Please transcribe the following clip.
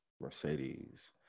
Mercedes